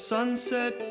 Sunset